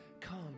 come